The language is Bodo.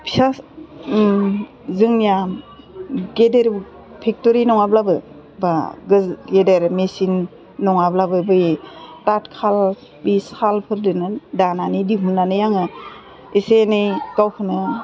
फिसा जोंनिया गेदेर फेक्ट'रि नङाब्लाबो बा गेदेर मेचिन नङाब्लाबो बे तातखाल बि सालफोरजोंनो दानानै दिहुन्नानै आङो इसे एनै गावखौनो